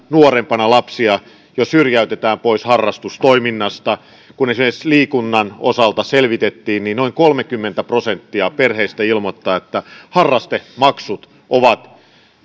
nuorempana lapsia jo syrjäytetään pois harrastustoiminnasta kun esimerkiksi liikunnan osalta selvitettiin niin noin kolmekymmentä prosenttia perheistä ilmoittaa että harrastemaksut ovat